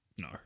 no